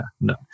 no